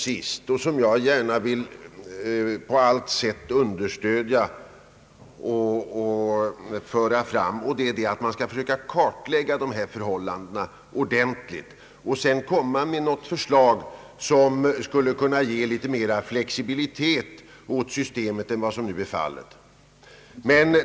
Jag vill också gärna på allt sätt understödja och föra fram dessa synpunkter, nämligen att man bör försöka kartlägga förhållandena ordentligt och sedan framlägga ett förslag som kunde ge litet större flexibilitet åt systemet än vad som nu är fallet.